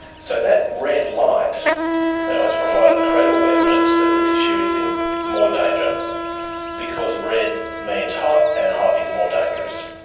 so that red light has provided credible evidence that the tissue is in more danger because red means hot and hot is more dangerous.